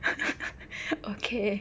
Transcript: okay